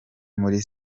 muri